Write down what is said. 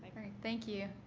thank you.